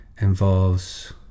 involves